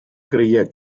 creía